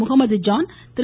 Muhammad Jan Thiru